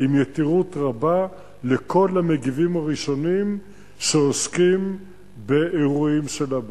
עם יתִירוּת רבה לכל המגיבים הראשונים שעוסקים באירועים של אב"כ,